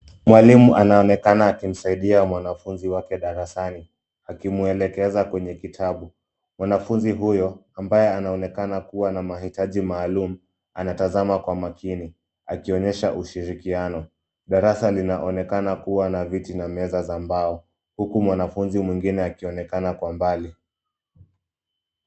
Mwalimu anaonekana akimsaidia mwanafunzi wake darasani; akimwelekeza kwenye kitabu. Mwanafunzi huyo ambaye anaonekana kuwa na mahitaji maalum, anatazama kwa makini akionyesha ushirikiano. Darasa linaonekana kuwa na viti na meza za mbao huku mwanafunzi mwingine akionekana kwa mbali.